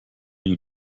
you